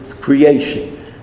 creation